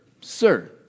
Sir